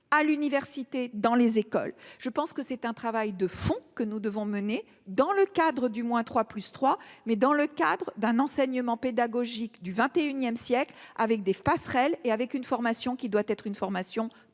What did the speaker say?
à l'université, dans les écoles, je pense que c'est un travail de fond que nous devons mener dans le cadre du moins trois, plus 3 mais dans le cadre d'un enseignement pédagogique du XXIe siècle avec des passerelles et avec une formation qui doit être une formation tout